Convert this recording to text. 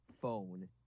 phone